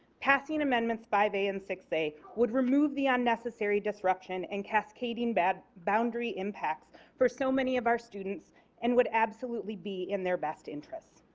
passing amendments five a and six a would remove the unnecessary disruption and cascading boundary impacts for so many of our students and would absolutely be in their best interest.